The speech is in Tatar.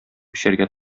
эчәргә